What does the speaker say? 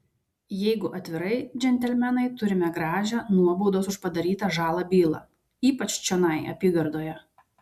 jeigu atvirai džentelmenai turime gražią nuobaudos už padarytą žalą bylą ypač čionai apygardoje